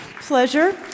Pleasure